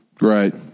Right